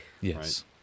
Yes